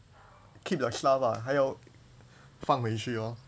keep the stuff ah 还要放回去咯